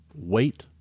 Wait